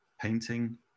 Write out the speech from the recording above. painting